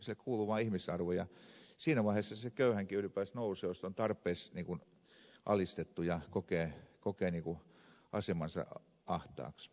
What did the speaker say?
hänelle kuuluu ihmisarvo ja siinä vaiheessa se köyhänkin ylpeys nousee jos on tarpeeksi alistettu ja kokee asemansa ahtaaksi